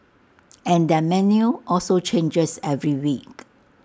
and their menu also changes every week